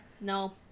No